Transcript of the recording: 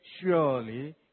Surely